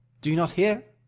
do you not hear?